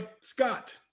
Scott